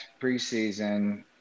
preseason